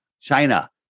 china